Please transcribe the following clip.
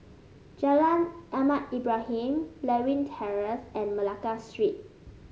Jalan Ahmad Ibrahim Lewin Terrace and Malacca Street